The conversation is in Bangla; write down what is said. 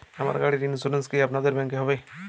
আমার গাড়ির ইন্সুরেন্স কি আপনাদের ব্যাংক এ হবে?